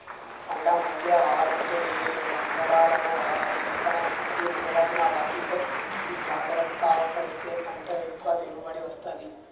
పంట మంచిగ రావాలంటే ఏ వంగడాలను వాడాలి విత్తన శుద్ధి మొదలైన వాటిపై జాగ్రత్త పడితే పంట ఎక్కువ దిగుబడి వస్తది